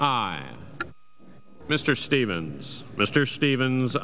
by mr stevens mr stevens